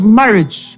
marriage